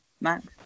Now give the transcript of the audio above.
Max